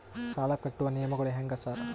ಸಾಲ ಕಟ್ಟುವ ನಿಯಮಗಳು ಹ್ಯಾಂಗ್ ಸಾರ್?